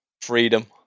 freedom